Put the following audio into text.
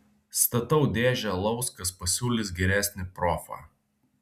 statau dėžę alaus kas pasiūlys geresnį profą